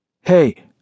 Hey